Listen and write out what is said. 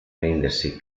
rendersi